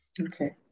Okay